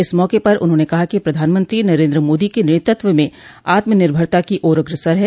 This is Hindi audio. इस मौके पर उन्होंने कहा कि प्रधानमंत्री नरेन्द्र मोदी के नेतृत्व में आत्मनिर्भरता की ओर अग्रसर है